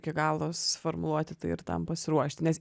iki galo suformuluoti tai ir tam pasiruošti nes